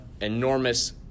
enormous